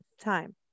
time